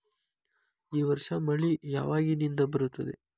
ಈ ವರ್ಷ ಮಳಿ ಯಾವಾಗಿನಿಂದ ಬರುತ್ತದೆ?